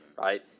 Right